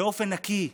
באופן נקי,